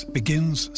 begins